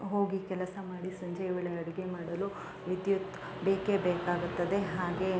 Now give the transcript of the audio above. ಹೋಗಿ ಕೆಲಸ ಮಾಡಿ ಸಂಜೆ ವೇಳೆ ಅಡಿಗೆ ಮಾಡಲು ವಿದ್ಯುತ್ ಬೇಕೇ ಬೇಕಾಗುತ್ತದೆ ಹಾಗೇ